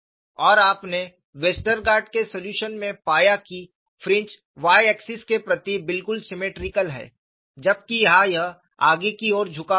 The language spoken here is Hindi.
और आपने वेस्टरगार्ड के सलूशन में पाया कि फ्रिंज y एक्सिस के प्रति बिल्कुल सीमेट्रिकल है जबकि यहाँ यह आगे की ओर झुका हुआ है